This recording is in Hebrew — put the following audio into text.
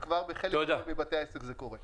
ובחלק גדול מבתי העסק זה כבר קורה.